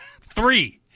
Three